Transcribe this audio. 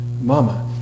Mama